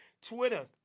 Twitter